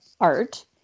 art